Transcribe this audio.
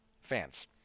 Fans